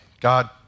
God